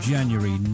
January